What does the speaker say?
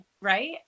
right